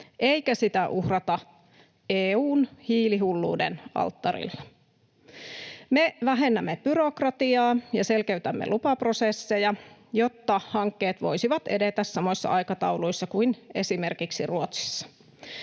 eikä sitä uhrata EU:n hiilihulluuden alttarille. Me vähennämme byrokratiaa ja selkeytämme lupaprosesseja, jotta hankkeet voisivat edetä samoissa aikatauluissa kuin esimerkiksi Ruotsissa.